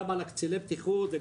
גם על קציני הבטיחות,